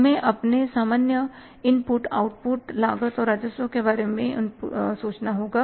हमें अपने सामान्य इनपुट आउटपुट लागत और राजस्व के बारे में सोचना होगा